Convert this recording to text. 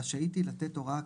רשאית היא לתת הוראה,